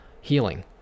healing